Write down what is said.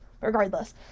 Regardless